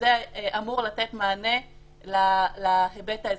וזה אמור לתת מענה להיבט האזרחי.